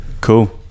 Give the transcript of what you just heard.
cool